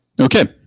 Okay